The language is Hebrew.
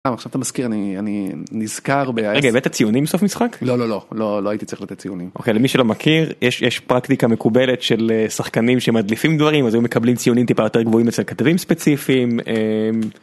עכשיו אתה מזכיר לי אני נזכר רגע הבאת ציונים סוף משחק לא לא לא לא לא הייתי צריך לתת ציונים אוקיי למי שלא מכיר יש יש פרקטיקה מקובלת של שחקנים שמדליפים דברים הזה מקבלים ציונים טיפה יותר גבוהים אצל כתבים ספציפיים.